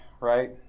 right